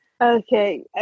Okay